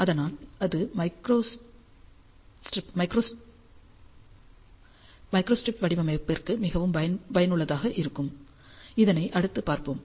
அதனால் அது மைக்ரோஸ்ட்ரிப் வடிவமைப்பிற்கு மிகவும் பயனுள்ளதாக இருக்கும் இதை அடுத்து பார்ப்போம்